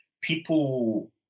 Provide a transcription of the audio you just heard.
People